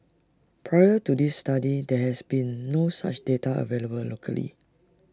prior to this study there has been no such data available locally